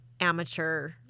amateur